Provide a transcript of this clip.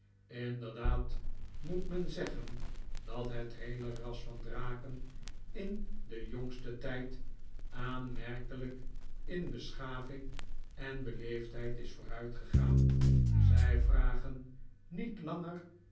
inderdaad moet men zeggen dat het heele ras van draken in den jongsten tijd adnmerkelijk in beschaving en beleefdheid is vooruitgegaan zij vragen niet langer